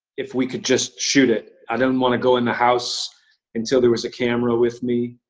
if we could just shoot it. i didn't want to go in the house until there was a camera with me.